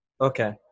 Okay